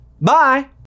bye